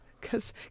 cause